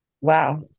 wow